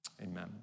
amen